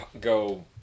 go